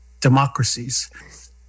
Democracies